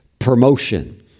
promotion